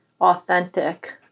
authentic